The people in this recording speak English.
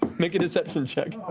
make a deception check.